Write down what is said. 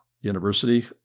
university